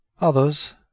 Others